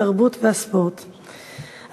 התרבות והספורט נתקבלה.